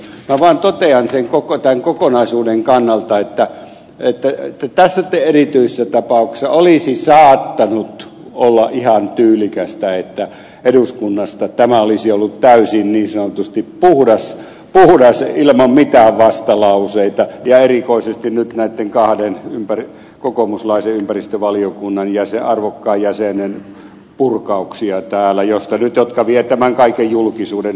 minä vaan totean sen koko tämän kokonaisuuden kannalta että tässä erityisessä tapauksessa olisi saattanut olla ihan tyylikästä että eduskunnasta tämä olisi ollut täysin niin sanotusti puhdas ilman mitään vastalauseita ja erikoisesti nyt näitten kahden kokoomuslaisen ympäristövaliokunnan arvokkaan jäsenen purkauksia täällä jotka vievät tämän kaiken julkisuuden